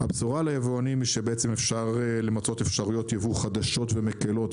הבשורה ליבואנים היא שאפשר למצות אפשרויות ייבוא חדשות ומקלות,